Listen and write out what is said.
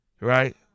Right